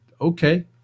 Okay